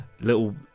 little